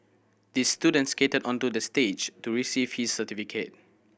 the student skated onto the stage to receive his certificate